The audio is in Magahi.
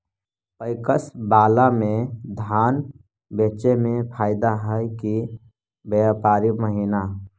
पैकस बाला में धान बेचे मे फायदा है कि व्यापारी महिना?